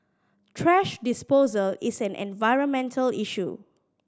thrash disposal is an environmental issue